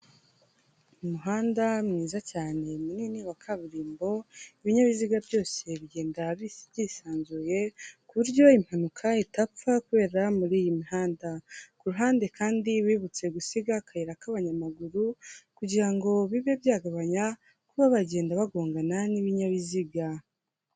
Umuhanda mwiza cyane munini wa kaburimbo ibinyabiziga byose bigenda byisanzuye, ku buryo impanuka itapfa kubera muri iyi mihanda, ku ruhande kandi bibutse gusiga akayira k'abanyamaguru kugira ngo bibe byagabanya kuba bagenda bagongana n'ibinyabiziga.